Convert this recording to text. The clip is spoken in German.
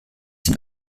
den